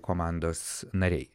komandos nariai